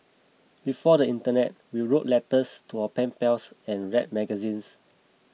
before the internet we wrote letters to our pen pals and read magazines